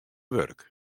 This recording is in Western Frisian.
wurk